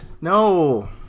no